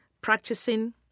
practicing